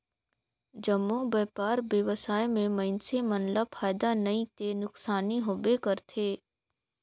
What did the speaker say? जम्मो बयपार बेवसाय में मइनसे मन ल फायदा नइ ते नुकसानी होबे करथे